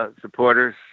Supporters